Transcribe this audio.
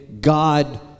God